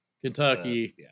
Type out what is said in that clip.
Kentucky